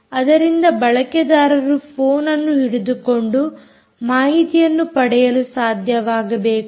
ಅದರಿಂದ ಬಳಕೆದಾರರು ಫೋನ್ಅನ್ನು ಹಿಡಿದುಕೊಂಡು ಮಾಹಿತಿಯನ್ನು ಪಡೆಯಲು ಸಾಧ್ಯವಾಗಬೇಕು